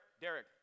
Derek